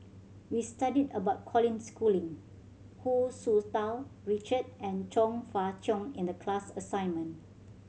we studied about Colin Schooling Hu Tsu Tau Richard and Chong Fah Cheong in the class assignment